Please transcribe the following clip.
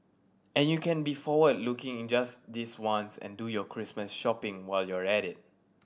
and you can be forward looking in just this once and do your Christmas shopping while you're at it